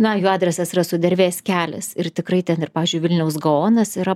na jų adresas yra sudervės kelias ir tikrai ten ir pavyzdžiui vilniaus gaonas yra